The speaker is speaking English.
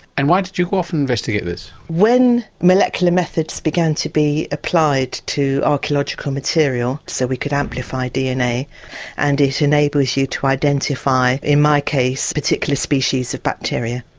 and why did you go off and investigate this? when molecular methods began to be applied to archaeological material so we could amplify dna and it enables you to identify in my case a particular species of bacteria.